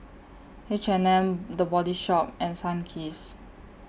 H and M The Body Shop and Sunkist